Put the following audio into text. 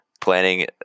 planning